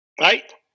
Right